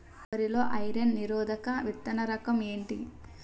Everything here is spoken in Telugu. వరి లో ఐరన్ నిరోధక విత్తన రకం ఏంటి?